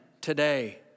today